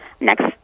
next